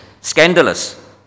scandalous